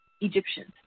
Egyptians